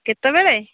କେତବେଳେ